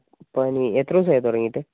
പനി എത്ര ദിവസമായി തുടങ്ങിയിട്ട്